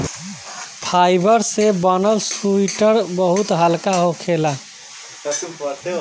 fibre से बनल sweater बहुत हल्का होखेला